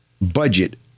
budget